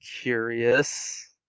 curious